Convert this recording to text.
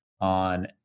on